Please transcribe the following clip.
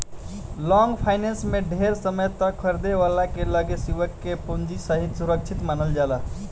long finance में ढेर समय तक खरीदे वाला के लगे निवेशक के पूंजी सुरक्षित मानल जाला